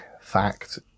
Fact